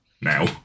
now